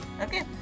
Okay